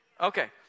Okay